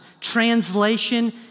Translation